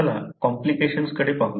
चला कॉम्प्लिकेशन कडे पाहूया